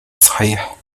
صحيح